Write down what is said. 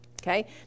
Okay